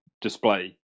display